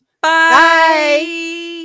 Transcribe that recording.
bye